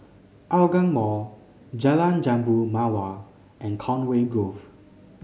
Hougang Mall Jalan Jambu Mawar and Conway Grove